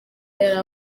yari